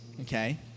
Okay